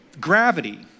gravity